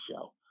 Show